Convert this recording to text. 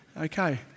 Okay